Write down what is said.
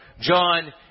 John